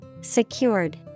Secured